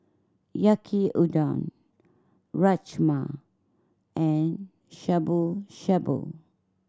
Yaki Udon Rajma and Shabu Shabu